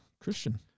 Christian